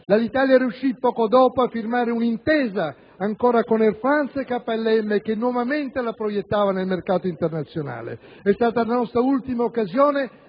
Alitalia riuscì poco dopo a firmare un'intesa con Air France e KLM che nuovamente la proiettava sul mercato internazionale. È stata la nostra ultima occasione